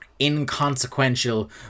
inconsequential